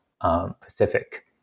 Pacific